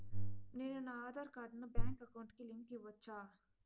నేను నా ఆధార్ కార్డును బ్యాంకు అకౌంట్ కి లింకు ఇవ్వొచ్చా?